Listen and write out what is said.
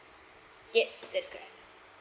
yes that's correct